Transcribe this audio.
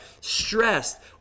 stressed